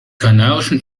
kanarischen